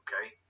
okay